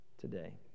today